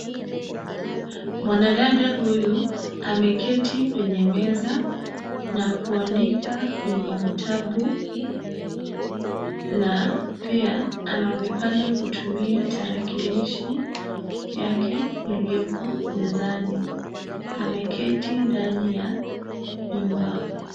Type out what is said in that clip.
Mwanadada huyu ameketi kwenye meza na kuandika kwenye vitabu na pia anaonekana kutumia tarakilishi yake iliyoko mezani, ameketi ndani ya nyumba.